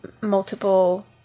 multiple